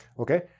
okay?